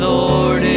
Lord